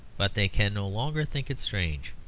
but they can no longer think it strange.